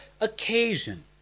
occasion